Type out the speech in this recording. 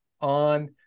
on